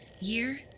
Year